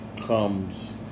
comes